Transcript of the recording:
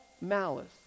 malice